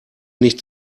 nicht